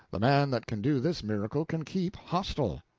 the man that can do this miracle can keep hostel.